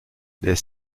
les